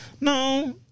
No